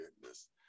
goodness